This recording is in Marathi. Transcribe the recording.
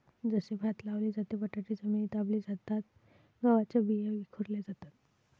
जसे भात लावले जाते, बटाटे जमिनीत दाबले जातात, गव्हाच्या बिया विखुरल्या जातात